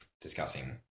discussing